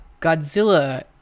Godzilla